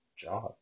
job